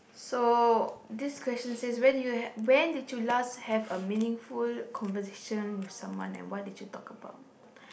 so this question says when did you have when did you last have a meaningful conversation with someone and what did you talk about